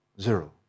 Zero